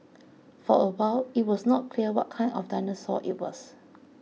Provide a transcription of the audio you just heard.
for a while it was not clear what kind of dinosaur it was